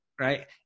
Right